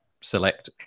select